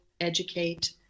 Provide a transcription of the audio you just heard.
educate